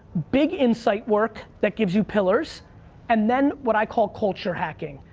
big insight work that gives you pillars and then what i call culture hacking.